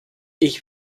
ich